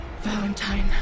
Valentine